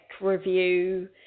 review